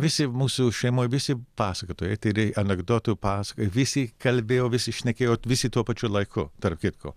visi mūsų šeimoje visi pasakotojai tikri anekdotų pasako visi kalbėjo visi šnekėjo visi tuo pačiu laiku tarp kitko